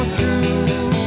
true